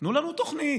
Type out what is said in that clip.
תנו לנו תוכנית,